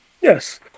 Yes